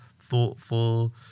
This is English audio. thoughtful